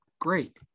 Great